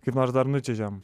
kaip nors dar nučiuožėm